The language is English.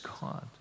God